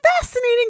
fascinating